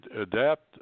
adapt